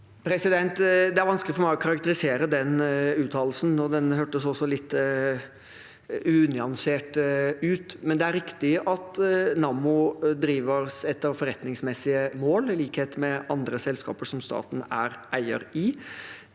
Det er vanskelig for meg å karakterisere den uttalelsen, og den hørtes også litt unyansert ut. Det er riktig at Nammo drives etter forretningsmessige mål, i likhet med andre selskaper som staten er eier i.